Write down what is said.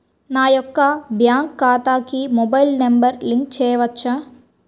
నా యొక్క బ్యాంక్ ఖాతాకి మొబైల్ నంబర్ లింక్ చేయవచ్చా?